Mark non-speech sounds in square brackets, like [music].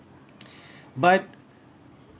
[breath] but